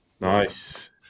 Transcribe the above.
nice